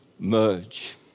Merge